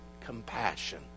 compassion